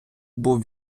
був